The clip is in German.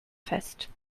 fest